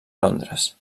londres